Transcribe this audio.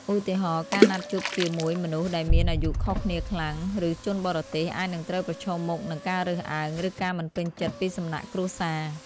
ឧទាហរណ៍ ការណាត់ជួបជាមួយមនុស្សដែលមានអាយុខុសគ្នាខ្លាំង ឬជនបរទេស អាចនឹងត្រូវប្រឈមមុខនឹងការរើសអើង ឬការមិនពេញចិត្តពីសំណាក់គ្រួសារ។